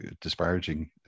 disparaging